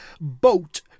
Boat